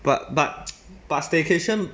but but but staycation